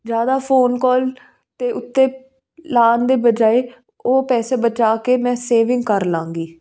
ਜਿਆਦਾ ਫੋਨ ਕੋਲ 'ਤੇ ਉੱਤੇ ਲਗਾਉਣ ਦੇ ਬਜਾਏ ਉਹ ਪੈਸੇ ਬਚਾ ਕੇ ਮੈਂ ਸੇਵਿੰਗ ਕਰ ਲਾਂਗੀ